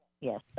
Yes